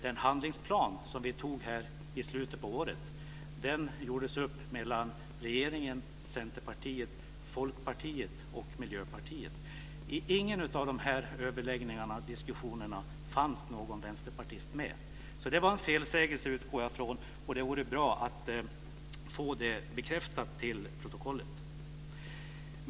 Den handlingsplan som vi antog här i slutet av förra året gjordes upp mellan regeringen, Centerpartiet, Folkpartiet och Miljöpartiet. Inte vid någon av dessa överläggningar och diskussioner fanns det någon vänsterpartist med. Jag utgår därför från att det var en felsägning, och det vore bra att få det bekräftat till protokollet.